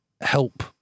help